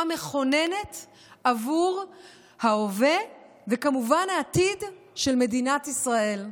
מכוננת בעבור ההווה וכמובן העתיד של מדינת ישראל.